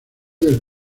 del